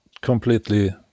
completely